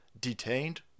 detained